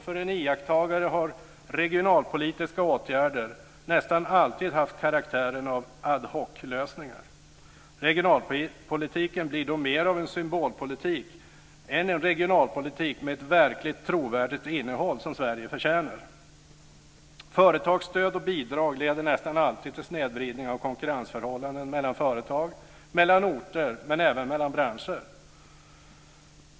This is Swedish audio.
För en iakttagare har regionalpolitiska åtgärder nästan alltid haft karaktären av ad hoc-lösningar. Regionalpolitiken blir då mer av en symbolpolitik än en regionalpolitik med ett verkligt trovärdigt innehåll som Sverige förtjänar. Företagsstöd och bidrag leder nästan alltid till en snedvridning av konkurrensförhållanden mellan företag, mellan orter och även mellan branscher.